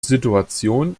situation